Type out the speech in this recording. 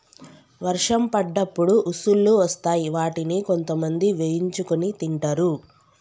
వర్షం పడ్డప్పుడు ఉసుల్లు వస్తాయ్ వాటిని కొంతమంది వేయించుకొని తింటరు